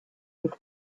with